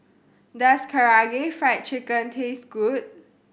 does Karaage Fried Chicken taste good